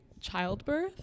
childbirth